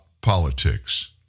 politics